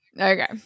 Okay